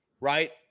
Right